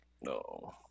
no